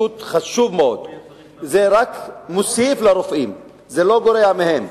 זה חשוב מאוד ורק יוסיף לרופאים, זה לא גורע מהם.